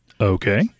Okay